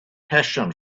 passion